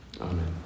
Amen